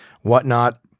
whatnot